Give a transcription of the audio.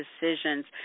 decisions